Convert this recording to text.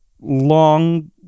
long